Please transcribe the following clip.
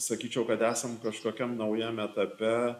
sakyčiau kad esam kažkokiam naujam etape